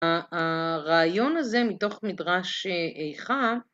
הרעיון הזה מתוך מדרש איכה